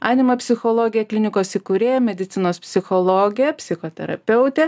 anima psichologė klinikos įkūrėja medicinos psichologė psichoterapeutė